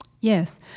Yes